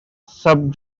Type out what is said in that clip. sub